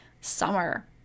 summer